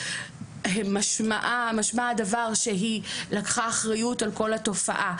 משמע הדבר שהיא לקחה אחריות על כל התופעה,